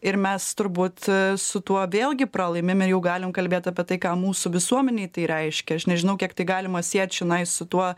ir mes turbūt su tuo vėlgi pralaimim ir jau galim kalbėt apie tai ką mūsų visuomenei tai reiškia aš nežinau kiek tai galima siet čionais su tuo